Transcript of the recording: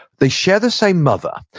they share the same mother,